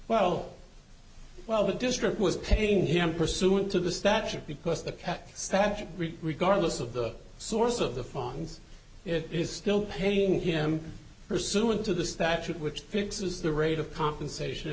well well the district was paying him pursuant to the statute because the cat static regardless of the source of the funds it is still paying him pursuant to the statute which fixes the rate of compensation